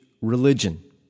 religion